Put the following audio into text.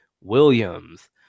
williams